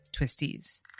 Twisties